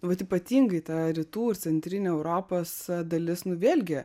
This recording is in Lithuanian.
vat ypatingai ta rytų ir centrinė europos dalis nu vėlgi